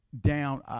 down